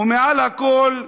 ומעל הכול,